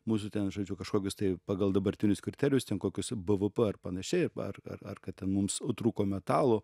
mūsų ten žodžiu kažkokius tai pagal dabartinius kriterijus ten kokius bvp ar panašiai ar ar kad ten mums trūko metalo